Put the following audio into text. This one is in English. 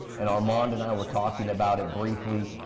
and armand and i were talking about it briefly,